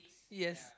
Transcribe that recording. yes